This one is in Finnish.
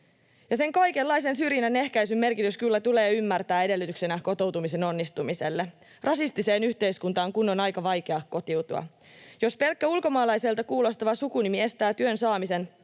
Ja sen kaikenlaisen syrjinnän ehkäisyn merkitys kyllä tulee ymmärtää edellytyksenä kotoutumisen onnistumiselle, rasistiseen yhteiskuntaan kun on aika vaikea kotiutua. Jos pelkkä ulkomaalaiselta kuulostava sukunimi estää työn saamisen,